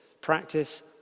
practice